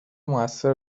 موثر